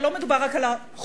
הרי לא מדובר רק על החולים.